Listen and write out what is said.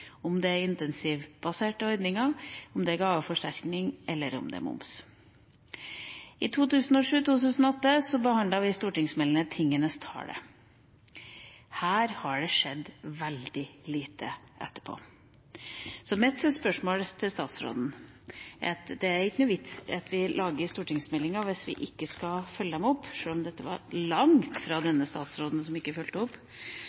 om det er intensivbaserte ordninger, om det er gaveforsterkning, eller om det er moms. I 2008 behandlet vi stortingsmeldinga Tingenes tale. Det har skjedd veldig lite etterpå. Mitt spørsmål til statsråden handler om at det ikke er noen vits i at vi lager stortingsmeldinger hvis vi ikke skal følge dem opp – sjøl om det var langt fra denne statsråden som ikke fulgte opp.